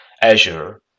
Azure